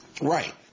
Right